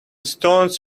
stones